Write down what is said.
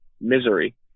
misery